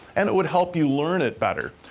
and it would help you learn it better.